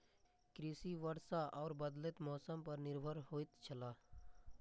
कृषि वर्षा और बदलेत मौसम पर निर्भर होयत छला